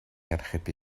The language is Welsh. archebu